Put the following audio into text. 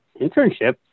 internship